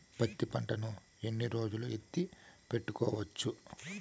పత్తి పంటను ఎన్ని రోజులు ఎత్తి పెట్టుకోవచ్చు?